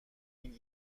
این